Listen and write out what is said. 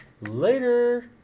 later